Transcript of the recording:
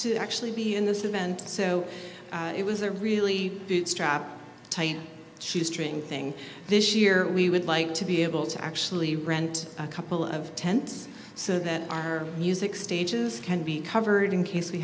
to actually be in this event so it was a really bootstrap she string thing this year we would like to be able to actually rent a couple of tents so that our music stages can be covered in case we